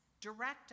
direct